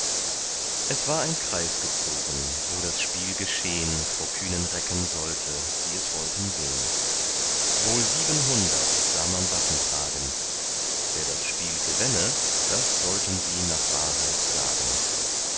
es war ein kreis gezogen wo das spiel geschehn vor kühnen recken sollte die es wollten sehn wohl siebenhundert sah man waffen tragen wer das spiel gewänne das sollten sie nach wahrheit sagen